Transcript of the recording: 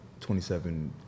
27